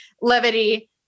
levity